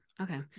okay